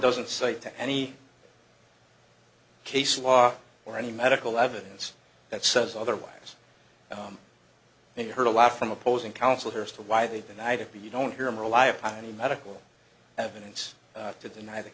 to any case law or any medical evidence that says otherwise and you heard a lot from opposing counsel here as to why they denied it but you don't hear him rely upon any medical evidence to deny th